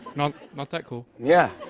not not that cool. yeah.